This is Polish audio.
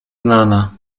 znana